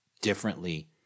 differently